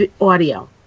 audio